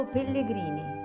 Pellegrini